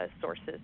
sources